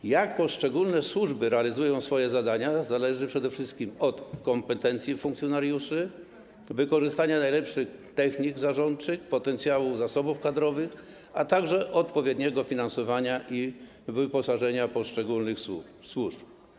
To, jak poszczególne służby realizują swoje zadania, zależy przede wszystkim od kompetencji funkcjonariuszy, wykorzystania najlepszych technik zarządczych, potencjału zasobów kadrowych, a także odpowiedniego finansowania i wyposażenia poszczególnych służb.